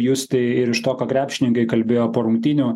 justi ir iš to ką krepšininkai kalbėjo po rungtynių